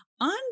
On